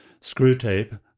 Screwtape